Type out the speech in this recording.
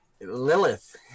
Lilith